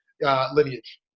lineage